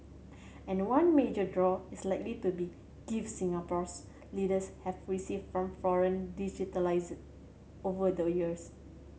and one major draw is likely to be gift Singapore's leaders have received from foreign dignitaries over the years